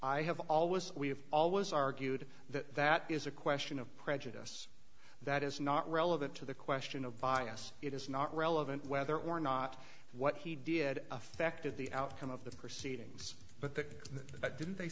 i have always we have always argued that that is a question of prejudice that is not relevant to the question of bias it is not relevant whether or not what he did affected the outcome of the proceedings but that but didn't they